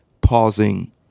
pausing